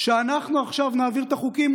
שאנחנו עכשיו נעביר את החוקים.